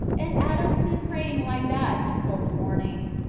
and adam stood praying like that until the morning.